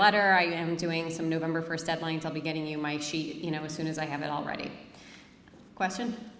letter i am doing some november first up lines i'll be getting you my sheet you know as soon as i have it already question